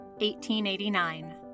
1889